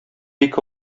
ике